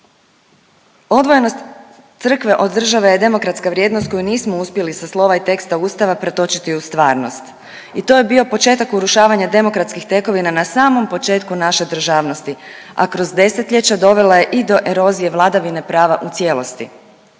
Odvojenost crkve od države je demokratska vrijednost koju nismo uspjeli sa slova i teksta ustava pretočiti u stvarnost i to je bio početak urušavanja demokratskih tekovina na samom početku naše državnosti, a kroz 10-ljeća dovela je i do erozije vladavine prava u cijelosti.